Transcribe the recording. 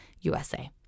USA